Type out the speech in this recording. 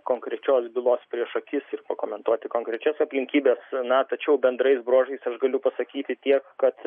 konkrečios bylos prieš akis ir pakomentuoti konkrečias aplinkybes na tačiau bendrais bruožais aš galiu pasakyti tiek kad